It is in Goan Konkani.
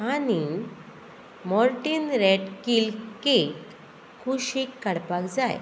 आनी मोर्टीन रॅट किल केक कुशीक काडपाक जाय